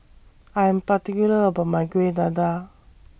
I'm particular about My Kuih Dadar